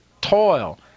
toil